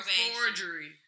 forgery